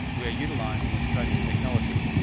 we're utilising australian technology.